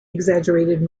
exaggerated